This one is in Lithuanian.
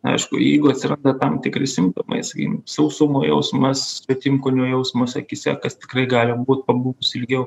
aišku jeigu atsiranda tam tikri simptomai sakykim sausumo jausmas svetimkūnio jausmas akyse kas tikrai gali būt pabuvus ilgiau